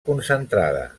concentrada